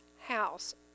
house